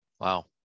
Wow